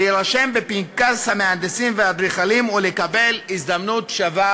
להירשם בפנקס המהנדסים והאדריכלים ולקבל הזדמנות שווה